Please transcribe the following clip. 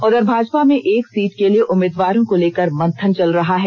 उधर भाजपा में एक सीट के लिए उम्मीदवारों को लेकर मंथन चल रहा है